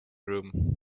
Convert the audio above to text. room